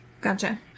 Gotcha